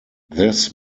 this